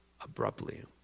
abruptly